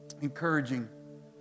encouraging